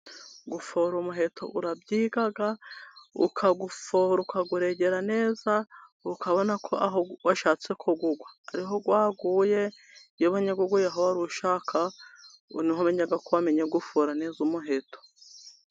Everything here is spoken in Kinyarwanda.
Gufora umuheto urabyiga, ukawufora ukawuregera neza, ukabona ko aho washatse ko ugwa ariho waguye, iyo ubonye uguye aho ushaka ko ugwa, nibwo umenya ko wamenye gufora neza umuheto.